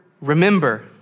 remember